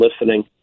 listening